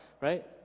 right